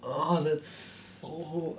err that's so